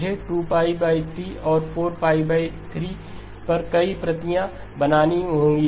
मुझे 2π 3 और 43 पर कई प्रतियाँ बनानी होंगी